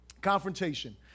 confrontation